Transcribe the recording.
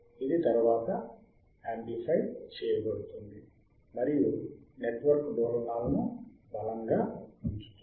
ఇది తరువాత యామ్ప్లిఫై చేయబడుతుంది మరియు నెట్వర్క్ డోలనాలను బలంగా ఉంచుతుంది